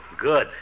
good